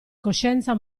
coscienza